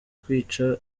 kwica